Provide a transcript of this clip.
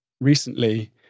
recently